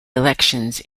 elections